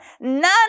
none